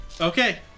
Okay